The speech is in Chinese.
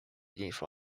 印刷